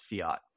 fiat